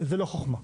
אבל זה לא חוכמה.